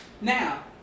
Now